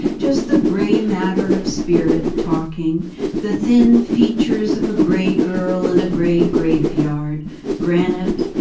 just the gray matter of spirit talking the thin features of a gray girl in a gray graveyard granite,